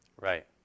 Right